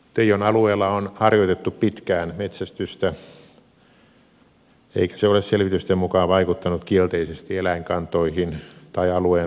teijon alueella on harjoitettu pitkään metsästystä eikä se ole selvitysten mukaan vaikuttanut kielteisesti eläinkantoihin tai alueen luonnon tilaan